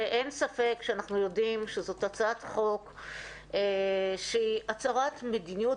שאין ספק שאנחנו יודעים שזאת הצעת חוק שהיא הצהרת מדיניות